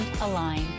align